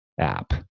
app